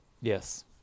yes